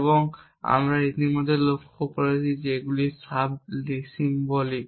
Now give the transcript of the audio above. এবং আমরা ইতিমধ্যেই লক্ষ্য করেছি যে এগুলি সাব সিম্বলিক